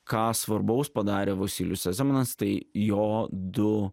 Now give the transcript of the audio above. ką svarbaus padarė vosylius sezemanas tai jo du